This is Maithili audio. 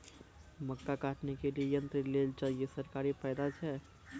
मक्का काटने के लिए यंत्र लेल चाहिए सरकारी फायदा छ?